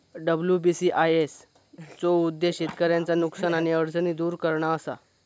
WBCIS चो उद्देश्य शेतकऱ्यांचा नुकसान आणि अडचणी दुर करणा असा